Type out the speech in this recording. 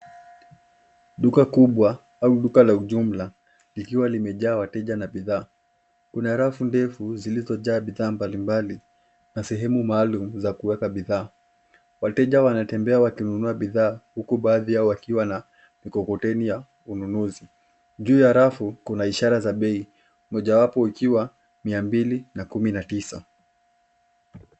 Duka kubwa au duka la ujumla likiwa limejaa wateja na bidhaa. Kuna rafu ndefu zilizojaa bidhaa mbalimbali na sehemu maalum za kuweka bidhaa. Wateja wantembea wakinunua bidhaa huku baadhi yao wakiwa na mkokoteni ya ununuzi. Juu ya rafu kuna ishara za bei. Mojawapo ikiwa mia mbili na kumi na tisa.